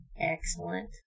Excellent